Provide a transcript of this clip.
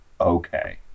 okay